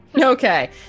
okay